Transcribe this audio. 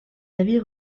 avis